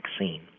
vaccine